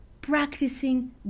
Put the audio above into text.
practicing